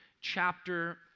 chapter